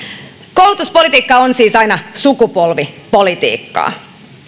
koulutuspolitiikka on siis aina sukupolvipolitiikkaa